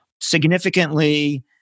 significantly